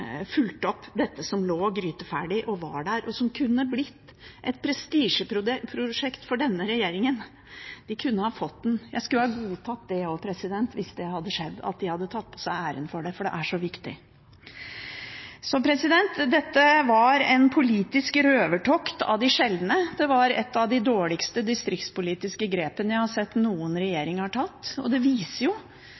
fulgt opp dette, som lå gryteferdig og var der, og som kunne blitt et prestisjeprosjekt for denne regjeringen. De kunne ha fått æren – jeg ville ha godtatt det hvis det hadde skjedd at de hadde tatt æren for det, for det er så viktig. Dette var et politisk røvertokt av de sjeldne, det var et av de dårligste distriktspolitiske grepene jeg har sett noen